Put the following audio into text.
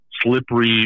slippery